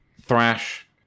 thrash